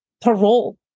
parole